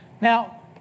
Now